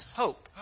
hope